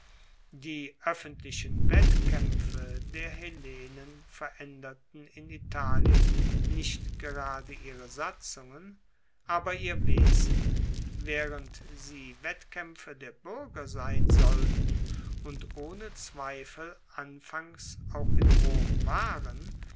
die oeffentlichen wettkaempfe der hellenen veraenderten in italien nicht gerade ihre satzungen aber ihr wesen waehrend sie wettkaempfe der buerger sein sollten und ohne zweifel anfangs auch in rom waren